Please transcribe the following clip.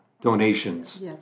donations